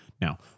Now